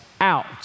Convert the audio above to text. out